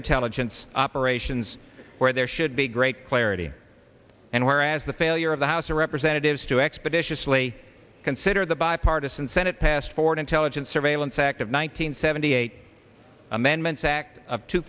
intelligence operations where there should be great clarity and whereas the failure of the house of representatives to expeditiously consider the bipartisan senate passed foreign intelligence surveillance act of one nine hundred seventy eight amendments act of two